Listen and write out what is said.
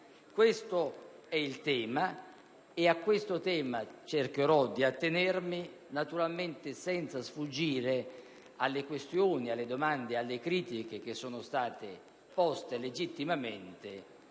Questo è il tema al quale cercherò di attenermi, naturalmente senza sfuggire alle questioni, alle domande e alle critiche che sono state legittimamente